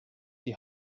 die